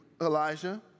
Elijah